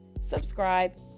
subscribe